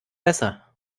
besser